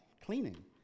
cleaning